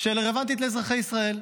שרלוונטית לאזרחי ישראל.